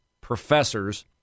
professors